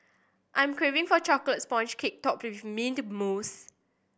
I'm craving for chocolate sponge cake topped with mint mousse